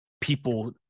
people